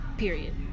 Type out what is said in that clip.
period